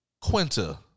Quinta